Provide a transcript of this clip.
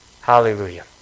Hallelujah